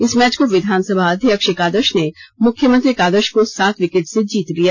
इस मैच को विधानसभाध्यक्ष एकादश ने मुख्यमंत्री एकादश को सात विकेट से जीत लिया